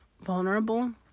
vulnerable